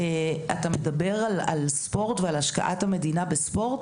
אתה מדבר על ספורט ועל השקעת המדינה בספורט.